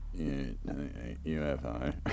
UFO